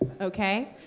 Okay